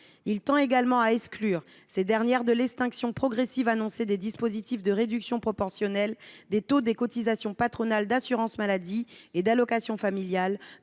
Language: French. Il tend également à exclure ces dernières de l’extinction progressive annoncée des dispositifs de réduction proportionnelle des taux des cotisations patronales d’assurance maladie et d’allocations familiales,